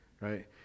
Right